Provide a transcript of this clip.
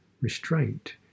restraint